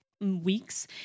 weeks